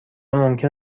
ممکن